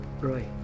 Roy